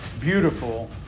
beautiful